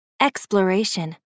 Exploration